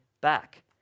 back